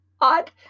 odd